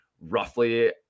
roughly